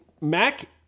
MAC